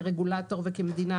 כרגולטור וכמדינה,